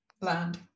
land